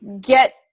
get